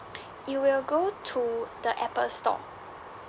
you will go to the apple store